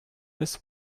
this